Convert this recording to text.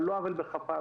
על לא עוול בכפם,